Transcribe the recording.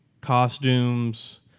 costumes